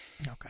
Okay